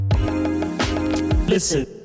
Listen